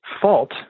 fault